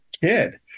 kid